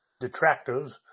detractors